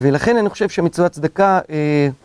ולכן אני חושב שמצוות צדקה...